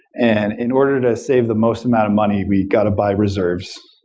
and in order to save the most amount of money, we got to buy reserves.